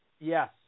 Yes